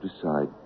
decide